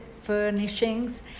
furnishings